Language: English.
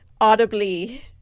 audibly